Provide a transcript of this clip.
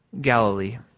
Galilee